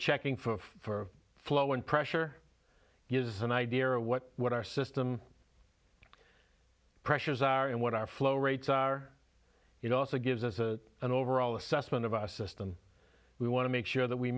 checking for for flow and pressure gives an idea of what what our system pressures are and what our flow rates are it also gives us a an overall assessment of our system we want to make sure that we